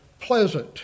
pleasant